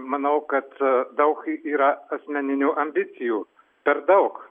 manau kad daug yra asmeninių ambicijų per daug